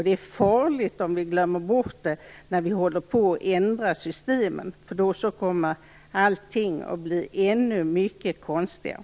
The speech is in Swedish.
Det är farligt om vi glömmer bort det när vi håller på och ändrar systemen, för då kommer allting att bli ännu mycket konstigare.